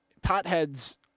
potheads